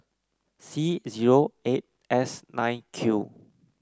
C zero eight S nine Q